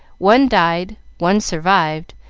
one died, one survived,